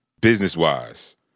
business-wise